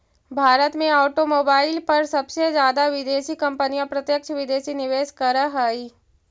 भारत में ऑटोमोबाईल पर सबसे जादा विदेशी कंपनियां प्रत्यक्ष विदेशी निवेश करअ हई